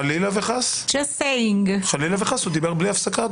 חלילה וחס, הוא דיבר בלי הפסקה.